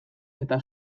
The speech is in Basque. eta